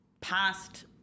past